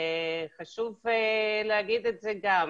חשוב להגיד את זה גם.